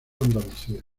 andalucía